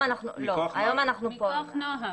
מכוח מה?